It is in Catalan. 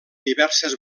diverses